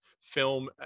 film